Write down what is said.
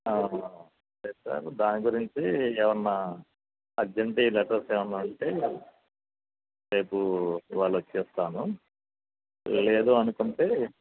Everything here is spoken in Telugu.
అదే సార్ దాని గురించి ఏమైనా అర్జెంటివి లెటర్స్ ఏమైనా ఉంటే రేపు ఇవాళ వచ్చేస్తాను లేదు అనుకుంటే